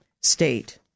state